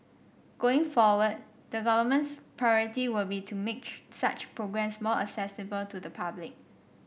going forward the government's priority will be to make such programmes more accessible to the public